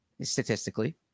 statistically